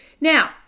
Now